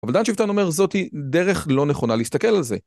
אבל דן שיפטן אומר, "זאת היא דרך לא נכונה להסתכל על זה".